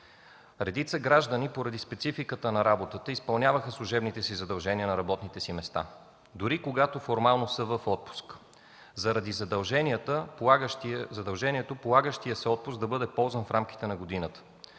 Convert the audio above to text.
Редица граждани, поради спецификата на работата, изпълняваха служебните си задължения на работните си места дори когато формално са в отпуск, заради задължението полагащият се отпуск да бъде ползван в рамките на годината.